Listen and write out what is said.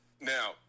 Now